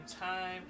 time